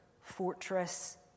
fortress